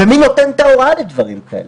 מי נותן את ההוראה לדברים כאלה?